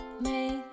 Make